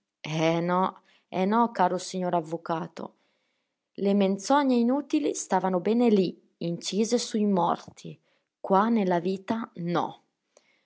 eh no eh no caro signor avvocato le menzogne inutili stavano bene lì incise sui morti qua nella vita no